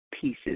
pieces